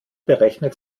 berechnet